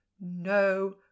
no